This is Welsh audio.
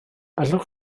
allwch